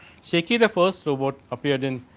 shaky the first robot appear then